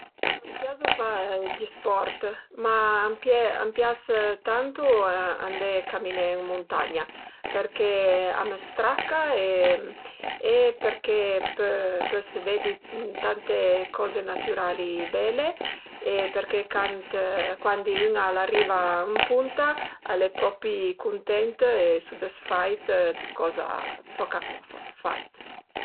A me piazu pa gl'sport, ma a m'pie a m'pias tantu andé caminé ën muntagna përché a më straca e përché pös vedi tante coze natürali bele e përché cant cuandi ün al ariva ën punta al e propi cuntent e sudisfait dë coza soch al a fait